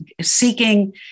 seeking